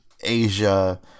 Asia